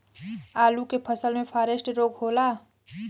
आलू के फसल मे फारेस्ट रोग होला?